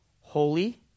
Holy